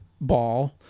ball